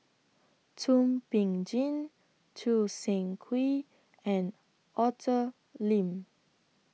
Thum Ping Tjin Choo Seng Quee and Arthur Lim